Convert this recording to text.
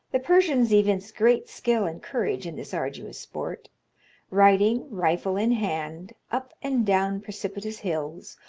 the persians evince great skill and courage in this arduous sport riding, rifle in hand, up and down precipitous hills,